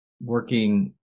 working